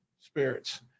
spirits